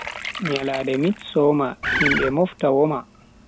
Nyalande mid summer, himbe mofta woma.